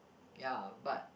ya but